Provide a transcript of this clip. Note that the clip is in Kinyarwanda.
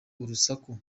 urusaku